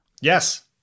Yes